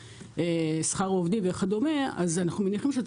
שכר עובדים וכדומה אנחנו מניחים שזה